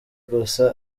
gusa